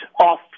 off